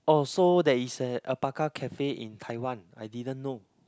oh so there is a alpaca cafe in Taiwan I didn't know